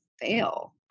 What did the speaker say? fail